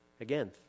Again